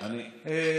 אני מבקש לעבור להצבעה,